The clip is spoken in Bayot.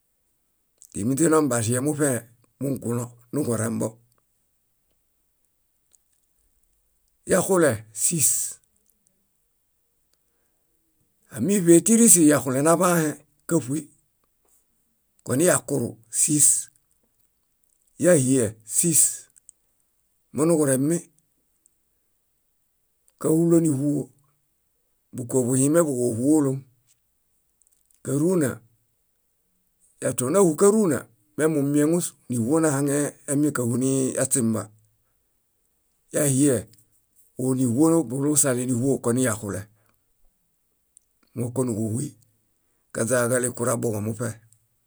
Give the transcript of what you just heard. . Timiźiɭomi baĵie muṗe mugulõ, niġurembo. Yaxule, sís. ámiḃetirisi yaxule naḃãhe káṗuy koniyakuru sís, yahie sís, monuġuremi. Káhuloniĥuo, bukobuhimeḃuġo ĥúolom. Káruna, yatuon náhukaruna memumieŋu níĥuo nahaŋemiẽ káhuy niyaśimba. Yahie óoniĥuo bulusale níĥuo koniyaxule mókonuġuhuy kaźaġale kurabuġo muṗe.